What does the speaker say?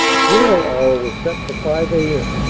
zero hour was set for five a m,